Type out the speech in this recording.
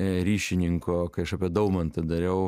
ryšininko kai aš apie daumantą dariau